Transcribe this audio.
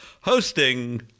hosting